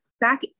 back